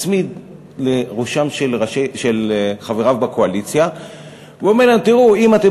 מצמיד לראשם של חבריו בקואליציה ואומר: אם אתם